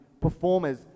performers